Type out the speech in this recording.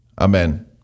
Amen